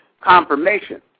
confirmation